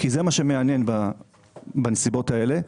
כי זה מה שמעניין בנסיבות האלה,